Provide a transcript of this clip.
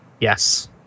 Yes